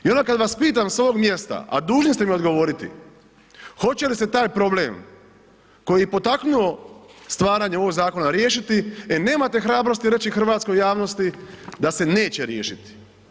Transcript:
I onda kad vas pitam sa ovog mjesta, a dužni ste mi odgovoriti, hoće li se taj problem koji je potaknuo stvaranje ovog zakona riješiti, e nemate hrabrosti hrvatskoj javnosti da se neće riješiti.